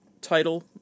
title